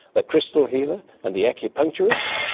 the crystal healer and the acupuncturist?